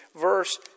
verse